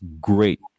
great